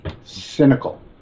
Cynical